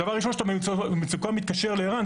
אם אתה במצוקה ואתה מתקשר לער"ן,